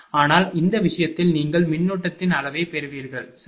ஆனால் இந்த விஷயத்தில் நீங்கள் மின்னோட்டத்தின் அளவைப் பெறுவீர்கள் சரி